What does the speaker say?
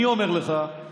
אני אומר לך,